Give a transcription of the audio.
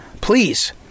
please